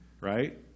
Right